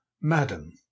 Madam